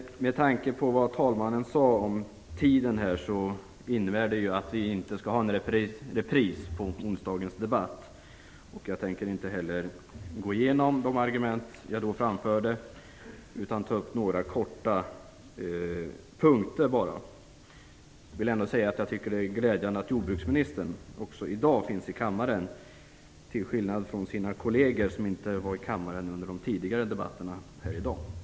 Med tanke på vad talmannen sade om tiden skall vi inte ha en repris på onsdagens debatt. Jag tänker inte heller gå igenom de argument som jag då framförde. I stället skall jag bara helt kort ta upp några punkter. Det är glädjande att jordbruksministern också i dag finns med här i kammaren - till skillnad från hennes kolleger som inte fanns här i kammaren under tidigare debatter här i dag.